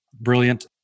Brilliant